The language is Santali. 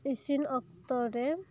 ᱤᱥᱤᱱ ᱚᱠᱛᱚᱨᱮ